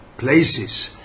Places